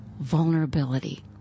vulnerability